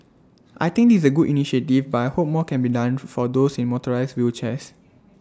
I think is A good initiative but I hope more can be done for for those in motorised wheelchairs